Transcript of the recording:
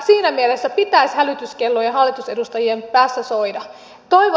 siinä mielessä pitäisi hälytyskellojen hallitusedustajien päässä soida